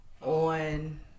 on